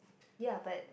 ya but